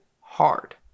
hard